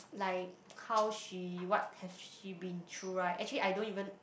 like how she what had she been through right actually I don't even